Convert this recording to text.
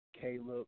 Caleb